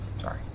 Sorry